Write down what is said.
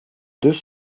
deux